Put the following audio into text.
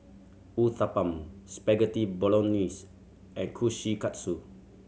Uthapam Spaghetti Bolognese and Kushikatsu